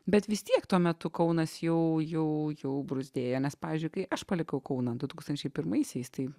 bet vis tiek tuo metu kaunas jau jau jau bruzdėjo nes pavyzdžiui kai aš palikau kauną du tūkstančiai pirmaisiais tai